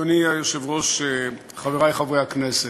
אדוני היושב-ראש, חברי חברי הכנסת,